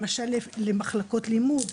למשל למחלקות לימוד,